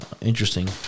interesting